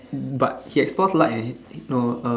but he explores light and he he no